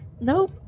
nope